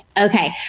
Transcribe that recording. Okay